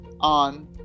on